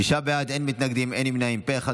שישה בעד, אין מתנגדים, אין נמנעים, פה אחד.